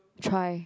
try